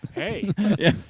Hey